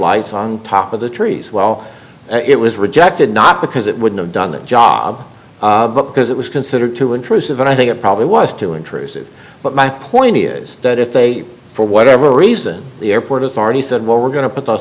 lights on top of the trees while it was rejected not because it would have done the job but because it was considered too intrusive and i think it probably was too intrusive but my point is that if they for whatever reason the airport authority said we're going to put those